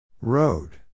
Road